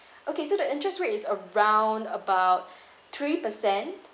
okay so the interest rate is around about three percent